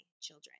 children